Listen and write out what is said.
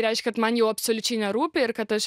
reiškia man jau absoliučiai nerūpi ir kad aš